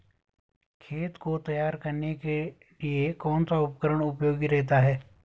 खेत को तैयार करने के लिए कौन सा उपकरण उपयोगी रहता है?